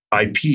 IP